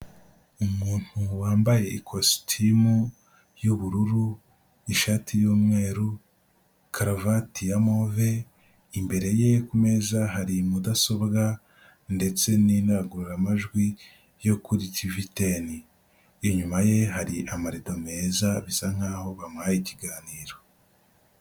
Umuntu wambaye ikositimu y'ubururu, ishati y'umweru, karuvati ya move, imbere ye kumeza hari mudasobwa, ndetse n'indangururamajwi yo kuri tivi teni, inyuma ye hari amarido meza, bisa nk'aho bamuhaye ikiganiro.